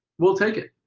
we'll take it.